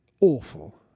awful